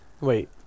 Wait